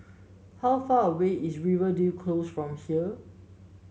how far away is Rivervale Close from here